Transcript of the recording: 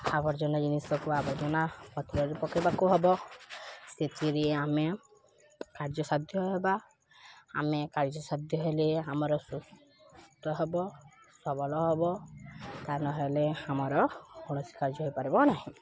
ଆବର୍ଜନା ଜିନିଷକୁ ଆବର୍ଜନା ପାତ୍ରରେ ପକାଇବାକୁ ହବ ସେଥିରେ ଆମେ କାର୍ଯ୍ୟସାଧ୍ୟ ହେବା ଆମେ କାର୍ଯ୍ୟସାଧ୍ୟ ହେଲେ ଆମର ସୁସ୍ଥ ହବ ସବଳ ହବ ତା ନହେଲେ ଆମର କୌଣସି କାର୍ଯ୍ୟ ହେଇପାରିବ ନାହିଁ